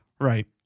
right